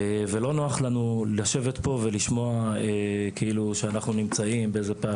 ולא נוח לנו לשבת פה ולשמוע כאילו אנחנו נמצאים באיזה שהוא פער,